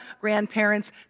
Grandparents